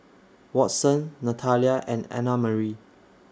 Watson Natalya and Annamarie